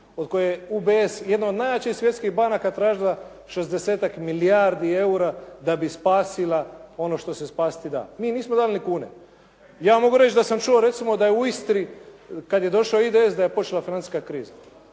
od koje je UBS jedna od najjačih svjetskih banaka tražila šezdesetak milijardi eura da bi spasila ono što se spasiti da. Mi nismo dali ni kune. Ja vam mogu reći da sam čuo recimo da je u Istri kad je došao IDS da je počela financijska kriza.